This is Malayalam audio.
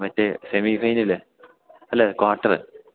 മറ്റേ സെമി ഫൈനല് അല്ല ക്വാട്ടര്